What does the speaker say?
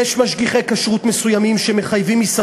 יש, חברי חברי הכנסת, משגיחי כשרות שמתנים את